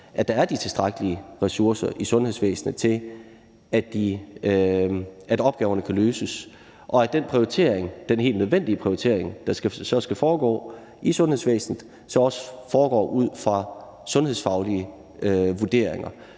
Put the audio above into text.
at der er de tilstrækkelige ressourcer i sundhedsvæsenet til, at opgaverne kan løses, og at den helt nødvendige prioritering, der så skal foregå i sundhedsvæsenet, foretages ud fra sundhedsfaglige vurderinger.